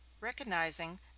recognizing